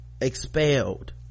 expelled